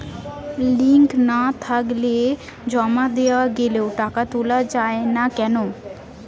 Link না থাকলে জমা দেওয়া গেলেও টাকা তোলা য়ায় না কেন?